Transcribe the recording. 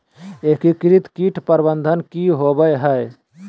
एकीकृत कीट प्रबंधन की होवय हैय?